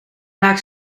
laag